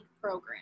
program